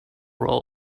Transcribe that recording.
roll